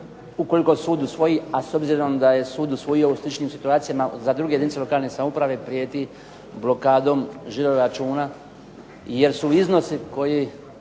ukoliko sud usvoji, a s obzirom da je sud usvojio u sličnim situacijama za druge jedinice lokalne samouprave prijeti blokadom žiro-računa jer su iznosi koji